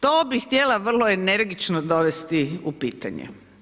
To bih htjela vrlo energično dovesti u pitanje.